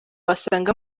wasanga